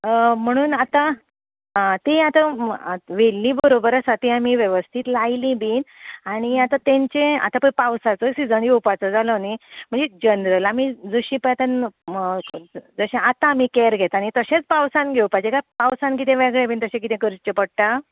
म्हणून आतां ती आतां व्हेल्ली बरोबर आसा तीं आमी वेवस्तीत लायलीं बी आनी आतां तेंचें आतां पळय पावसाचो सिजन येवपाचो जालो न्हय म्हणजे जनरल आमी जशीं पळय आतां जशें आमी आतां पळय केयर घेता न्हय तशेंच पावसान घेवपाचें काय पावसान किदें वेगळें बी तशें किदें करचें पडटा